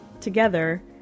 together